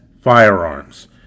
firearms